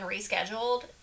rescheduled